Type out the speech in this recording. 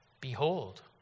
Behold